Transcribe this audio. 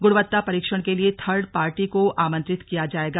गुणवत्ता परीक्षण के लिए थर्ड पार्टी को आमंत्रित किया जायेगा